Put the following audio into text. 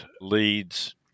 leads